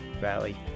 Valley